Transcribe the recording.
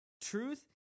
truth